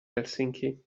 helsinki